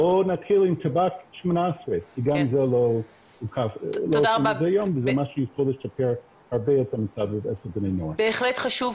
בואו נתחיל עם טבק 18. בהחלט חשוב.